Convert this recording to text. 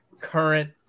current